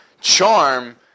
Charm